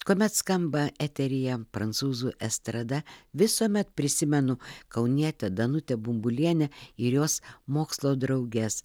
kuomet skamba eteryje prancūzų estrada visuomet prisimenu kaunietę danutę bumbulienę ir jos mokslo drauges